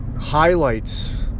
highlights